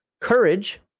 courage